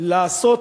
לעשות